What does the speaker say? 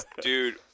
Dude